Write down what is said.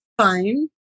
Fine